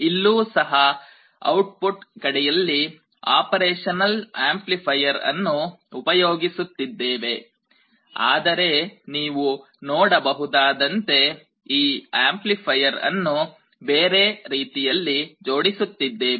ಇಲ್ಲೂ ಸಹ ಔಟ್ಪುಟ್ ಕಡೆಯಲ್ಲಿ ಆಪರೇಷನಲ್ ಆಂಪ್ಲಿಫೈಯರ್ ಅನ್ನು ಉಪಯೋಗಿಸುತ್ತಿದ್ದೇವೆ ಆದರೆ ನೀವು ನೋಡಬಹುದಾದಂತೆ ಈ ಆಂಪ್ಲಿಫೈಯರ್ ಅನ್ನು ಬೇರೆ ರೀತಿಯಲ್ಲಿ ಜೋಡಿಸುತ್ತಿದ್ದೇವೆ